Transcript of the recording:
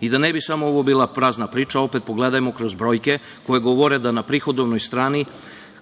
ne bi ovo bila prazna priča, opet pogledajmo kroz brojke koje govore da na prihodovnoj strani,